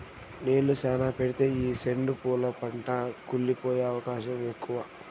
నీళ్ళు శ్యానా పెడితే ఈ సెండు పూల పంట కుళ్లి పోయే అవకాశం ఎక్కువ